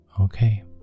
okay